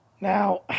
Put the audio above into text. Now